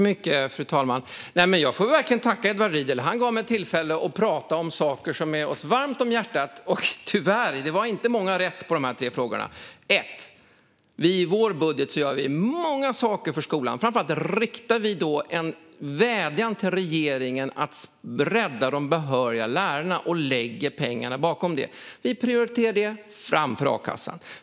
Fru talman! Jag får verkligen tacka Edward Riedl för att han gav mig tillfälle att prata om saker som ligger oss varmt om hjärtat, men tyvärr var det inte många rätta svar på de tre frågorna. Först och främst gör vi i vår budget många saker för skolan. Framför allt riktar vi en vädjan till regeringen att rädda de behöriga lärarna och lägger pengar på det. Vi prioriterar det framför a-kassan.